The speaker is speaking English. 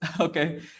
Okay